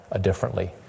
differently